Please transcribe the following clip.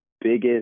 biggest